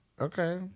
Okay